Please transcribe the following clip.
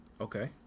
Okay